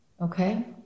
Okay